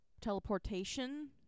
teleportation